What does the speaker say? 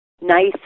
nice